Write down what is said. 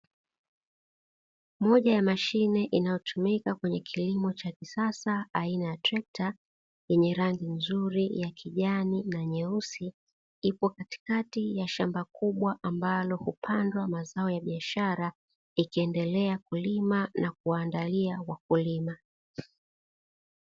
Mashine inayotumika kwenye kilimo cha kisasa aina ya trekta zenye rangi nzuri ya kijani yenye nyeusi, ipo katikati ya shamba kubwa ambalo hupandwa mazao ya biashara ikiendelea kulima na kuandalia wakulima.